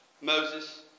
Moses